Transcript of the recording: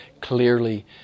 clearly